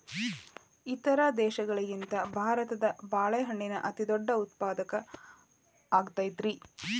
ಇತರ ದೇಶಗಳಿಗಿಂತ ಭಾರತ ಬಾಳೆಹಣ್ಣಿನ ಅತಿದೊಡ್ಡ ಉತ್ಪಾದಕ ಆಗೈತ್ರಿ